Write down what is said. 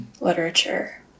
literature